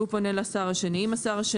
הוא פונה לשר השני.